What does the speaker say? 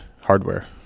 hardware